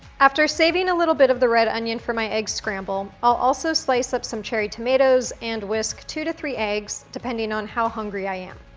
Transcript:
after saving a little bit of the red onion for my egg scramble, i'll also slice up some cherry tomatoes and whisk two to three eggs, depending on how hungry i am.